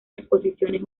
exposiciones